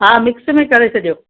हा मिक्स में करे छॾियो